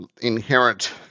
inherent